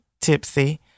tipsy